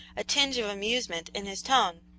a tinge of amusement in his tone.